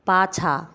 पाछा